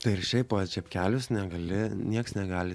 tai ir šiaip po čepkelius negali nieks negali